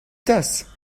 tasses